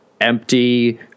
empty